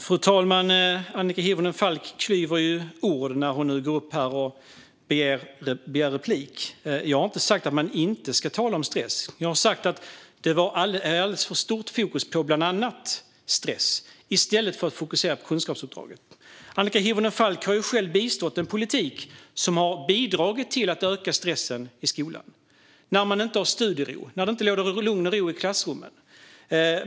Fru talman! Annika Hirvonen Falk klyver ord i sin replik. Jag har inte sagt att man inte ska tala om stress. Jag har sagt att det läggs alldeles för stort fokus på bland annat stress i stället för på kunskapsuppdraget. Annika Hirvonen Falk har själv bistått en politik som har bidragit till att öka stressen i skolan eftersom man inte har studiero och det inte råder lugn och ro i klassrummen.